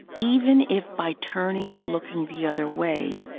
even if by turning and looking the other way,